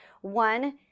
one